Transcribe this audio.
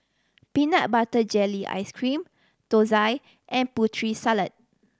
peanut butter jelly ice cream thosai and Putri Salad